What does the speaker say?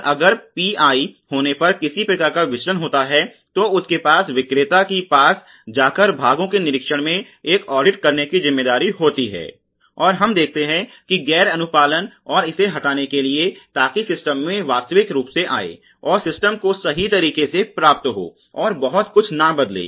और अगर पीआई होने पर किसी प्रकार का विचलन होता है तो उसके पास विक्रेता की पास जा कर भागों के निरीक्षण में एक ऑडिट करने की जिम्मेदारी होती है और हम देखते हैं कि गैर अनुपालन और इसे हटाने के लिए ताकि सिस्टम में वास्तविक रूप से आए और सिस्टम को सही तरीके से प्राप्त हो और बहुत कुछ न बदले